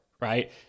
right